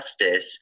justice